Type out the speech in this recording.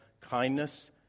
kindness